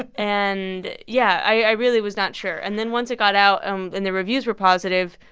ah and, yeah, i really was not sure. and then once it got out um and the reviews were positive,